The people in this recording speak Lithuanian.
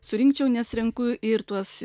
surinkčiau nes renku ir tuos